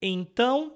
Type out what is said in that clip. Então